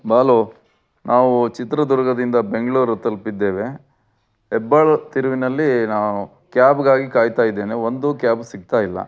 ನಾನು ನಾವು ಚಿತ್ರದುರ್ಗದಿಂದ ಬೆಂಗಳೂರು ತಲುಪಿದ್ದೇವೆ ಹೆಬ್ಬಾಳ ತಿರುವಿನಲ್ಲಿ ನಾವು ಕ್ಯಾಬ್ಗಾಗಿ ಕಾಯ್ತಾಯಿದ್ದೇನೆ ಒಂದೂ ಕ್ಯಾಬ್ ಸಿಗ್ತಾಯಿಲ್ಲ